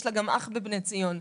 יש לה גם אח בבני ציון.